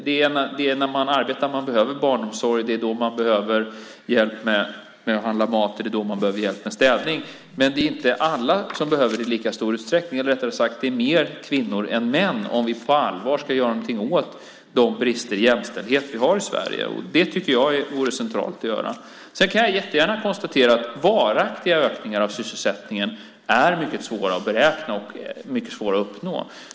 Det är när man arbetar man behöver barnomsorg, hjälp med att handla mat och hjälp med städning. Men det är inte alla som behöver det i lika stor utsträckning. Det är fler kvinnor än män om vi på allvar ska göra någonting åt de brister i jämställdhet vi har i Sverige. Det tycker jag vore centralt att göra. Jag kan jättegärna konstatera att varaktiga ökningar av sysselsättningen är mycket svåra att beräkna och uppnå.